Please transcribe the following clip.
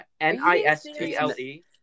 N-I-S-T-L-E